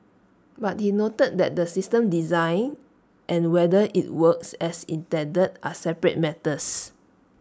but he noted that the system's design and whether IT works as intended are separate matters